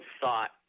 thought